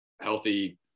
healthy